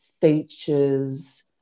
features